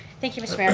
thank you mr. mayor.